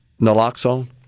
naloxone